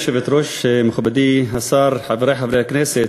גברתי היושבת-ראש, מכובדי השר, חברי חברי הכנסת,